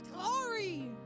Glory